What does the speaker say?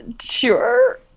sure